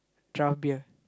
draft beer